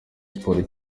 sports